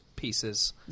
pieces